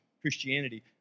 Christianity